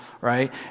right